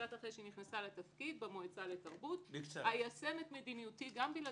קצת אחרי שנכנסה לתפקיד במועצה לתרבות: איישם את מדיניותי גם בלעדיכם.